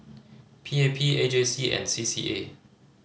P A P A J C and C C A